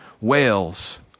whales